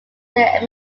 their